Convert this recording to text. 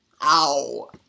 Ow